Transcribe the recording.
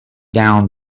down